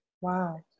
Wow